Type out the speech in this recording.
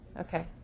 Okay